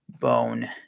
bone